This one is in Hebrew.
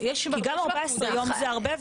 כי גם 14 יום זה הרבה,